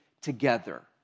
together